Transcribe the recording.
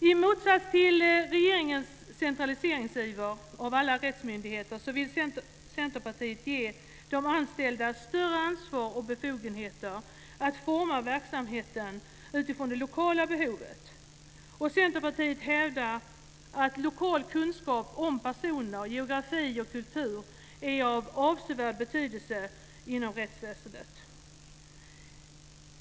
I motsats till regeringens centraliseringsiver av alla rättsmyndigheter vill Centerpartiet ge de anställda större ansvar och befogenheter att forma verksamheten utifrån det lokala behovet. Centerpartiet hävdar att lokal kunskap om personer, geografi och kultur är av avsevärd betydelse inom rättsväsendet.